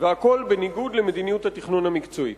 והכול בניגוד למדיניות התכנון המקצועית?